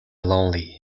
lonely